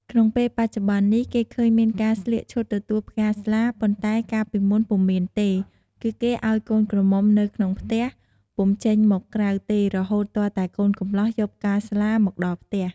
ក្នុងពេលបច្ចុប្បន្ននេះ គេឃើញមានការស្លៀកឈុតទទួលផ្កាស្លា ប៉ុន្តែកាលពីមុនពុំមានទេ គឺគេឲ្យកូនក្រមុំនៅក្នុងផ្ទះ ពុំចេញមកក្រៅទេរហូតទាល់តែកូនកម្លោះយកផ្កាស្លាមកដល់ផ្ទះ។